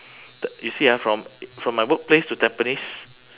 t~ you see ah from from my workplace to tampines